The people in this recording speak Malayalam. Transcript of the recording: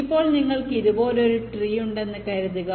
ഇപ്പോൾ നിങ്ങൾക്ക് ഇതുപോലുള്ള ഒരു ട്രീ ഉണ്ടെന്ന് കരുതുക